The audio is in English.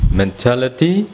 mentality